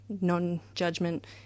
non-judgment